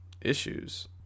issues